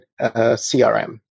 CRM